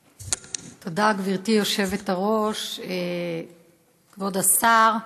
תודה, גברתי היושבת-ראש, כבוד השר,